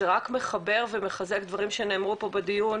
זה רק מחבר ומחזק דברים שנאמרו פה בדיון,